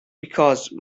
because